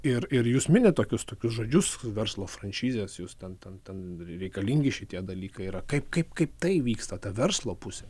ir ir jūs minit tokius tokius žodžius verslo franšizės jus ten ten ten reikalingi šitie dalykai yra kaip kaip kaip tai vyksta ta verslo pusė